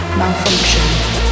malfunction